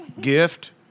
gift